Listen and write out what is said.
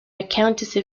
accountancy